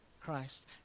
Christ